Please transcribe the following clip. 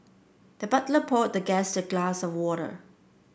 the butler poured the guest a glass of water